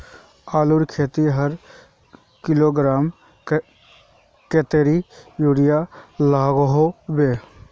आलूर खेतीत हर किलोग्राम कतेरी यूरिया लागोहो होबे?